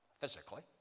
physically